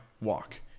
walk